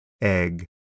egg